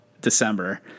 December